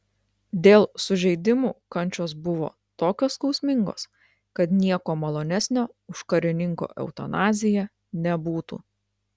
dėl sužeidimų kančios buvo tokios skausmingos kad nieko malonesnio už karininko eutanaziją nebūtų